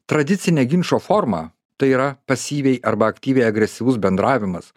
tradicinė ginčo forma tai yra pasyviai arba aktyviai agresyvus bendravimas